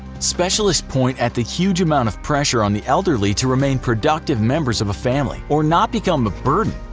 specialists point at the huge amount of pressure on the elderly to remain productive members of a family or not become a burden,